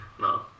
No